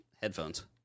headphones